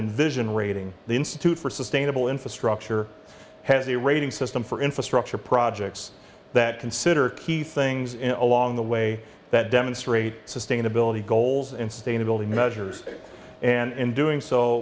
invasion rating the institute for sustainable infrastructure has a rating system for infrastructure projects that consider key things in along the way that demonstrate sustainability goals and stay in the building measures and in doing so